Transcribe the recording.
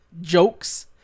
jokes